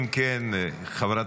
אם כן, חברת